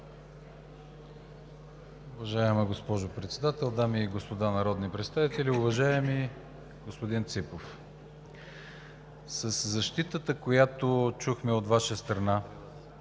Уважаема госпожо Председател, дами и господа народни представители! Уважаеми господин Ципов, със защитата, която чухме от Ваша страна